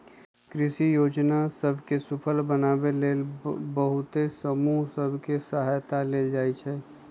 कृषि जोजना सभ के सूफल बनाबे लेल बहुते समूह सभ के सहायता लेल जाइ छइ